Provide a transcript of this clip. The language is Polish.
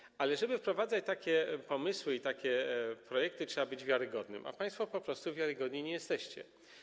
Chodzi o to, że żeby wprowadzać takie pomysły, takie projekty, trzeba być wiarygodnym, a państwo po prostu wiarygodni nie jesteście.